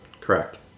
correct